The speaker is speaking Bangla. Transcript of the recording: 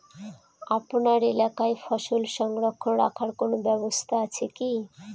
আপনার এলাকায় ফসল সংরক্ষণ রাখার কোন ব্যাবস্থা আছে কি?